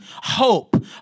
Hope